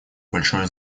большое